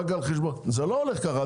זה לא עובד ככה.